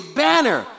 banner